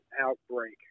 outbreak